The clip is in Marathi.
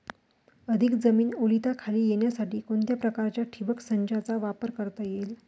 अधिक जमीन ओलिताखाली येण्यासाठी कोणत्या प्रकारच्या ठिबक संचाचा वापर करता येईल?